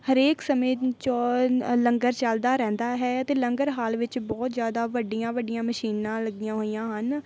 ਹਰੇਕ ਸਮੇਂ ਚੋਂ ਲੰਗਰ ਚੱਲਦਾ ਰਹਿੰਦਾ ਹੈ ਅਤੇ ਲੰਗਰ ਹਾਲ ਵਿੱਚ ਬਹੁਤ ਜ਼ਿਆਦਾ ਵੱਡੀਆਂ ਵੱਡੀਆਂ ਮਸ਼ੀਨਾਂ ਲੱਗੀਆਂ ਹੋਈਆਂ ਹਨ